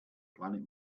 planet